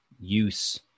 use